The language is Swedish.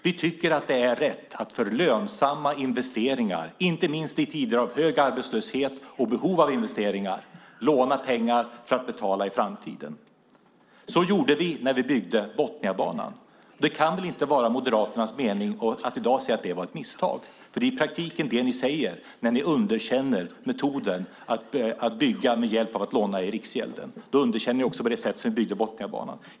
Vi tycker att det är rätt att för lönsamma investeringar, inte minst i tider av hög arbetslöshet och behov av investeringar, låna pengar för att betala i framtiden. Så gjorde vi när vi byggde Botniabanan. Det kan väl inte vara Moderaternas mening att i dag säga att det var ett misstag, för det är i praktiken det ni säger när ni underkänner metoden att bygga med hjälp av att låna i Riksgälden. Då underkänner ni också det sätt med vilket Botniabanan byggdes.